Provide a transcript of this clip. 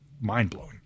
mind-blowing